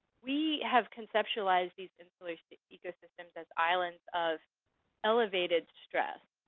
we have conceptualized these insular ecosystems as islands of elevated stress,